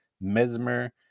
Mesmer